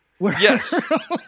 Yes